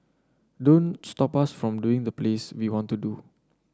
don't stop us from doing the plays we want to do